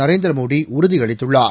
நரேந்திரமோடி உறுதி அளித்துள்ளார்